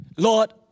Lord